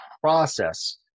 process